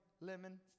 lemon